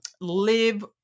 live